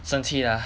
生气 lah